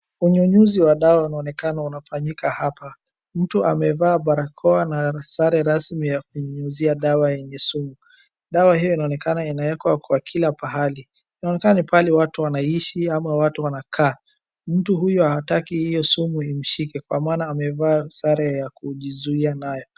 Unyunyizi wa dawa unaonekana unafanyika hapa. Mtu amevaa barakoa na sare rasmi ya kunyunyizia dawa yenye sumu. Dawa hiyo inaonekana inawekwa kwa kila pahali. Inaonekana ni pahali watu wanaishi ama watu wanakaa. Mtu huyo hataki hiyo sumu imshike kwa maana amevaa sare ya kujizuia nayo.